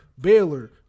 Baylor